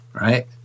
Right